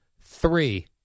Three